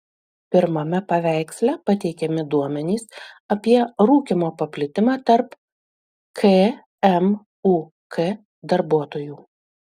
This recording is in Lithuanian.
pirmame paveiksle pateikiami duomenys apie rūkymo paplitimą tarp kmuk darbuotojų